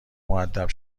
مودب